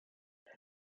wir